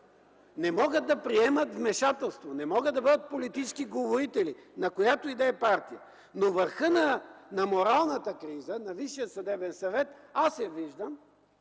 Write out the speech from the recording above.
Не могат да приемат вмешателство, не могат да бъдат политически говорители на която и да е партия! Върха на моралната криза на Висшия съдебен съвет – аз я виждам,